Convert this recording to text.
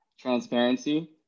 transparency